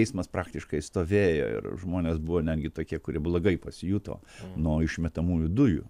eismas praktiškai stovėjo ir žmonės buvo netgi tokie kurie blogai pasijuto nuo išmetamųjų dujų